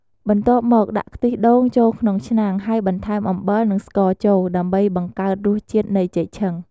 បន្ទាប់មក ដាក់ខ្ទិះដូងចូលក្នុងឆ្នាំង ហើយបន្ថែមអំបិល និងស្ករចូល ដើម្បីបង្កើតរសជាតិនៃចេកឆឹង។